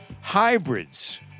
Hybrids